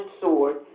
sword